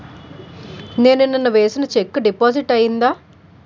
నేను నిన్న వేసిన చెక్ డిపాజిట్ అయిందా?